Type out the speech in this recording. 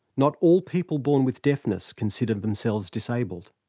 not all people born with deafness consider themselves disabled.